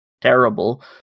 terrible